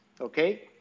okay